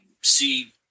see